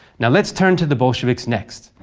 yeah let's turn to the bolsheviks next.